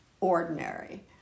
ordinary